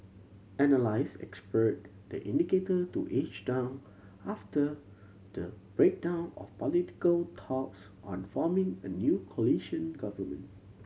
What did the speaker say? analyst expect the indicator to edge down after the breakdown of political talks on forming a new coalition government